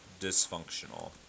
dysfunctional